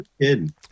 kidding